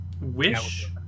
Wish